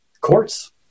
courts